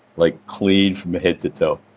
like clean from head to toe.